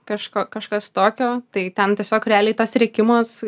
kažko kažkas tokio tai ten tiesiog realiai tas rėkimas